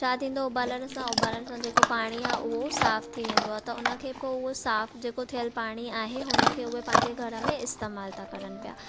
छा थींदो उॿारण सां उॿारण सां जेको पाणी आहे उहो साफ़ु थी वेंदो आहे त हुन खे पोइ उहो साफ़ु जेको थियलु पाणी आहे हुन खे उहे पंहिंजे घर में इस्तेमाल था करनि पिया